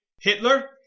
Hitler